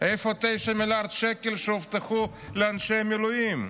איפה 9 מיליארד שקל שהובטחו לאנשי המילואים.